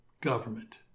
government